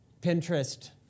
Pinterest